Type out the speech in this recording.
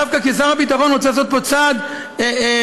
דווקא כששר הביטחון רוצה לעשות פה צעד משפר,